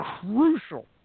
crucial